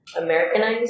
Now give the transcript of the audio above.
Americanized